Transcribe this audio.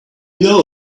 know